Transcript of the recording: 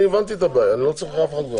אני הבנתי את הבעיה, אני לא צריך אף אחד כבר.